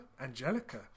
Angelica